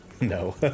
No